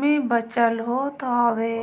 में बचल होत हवे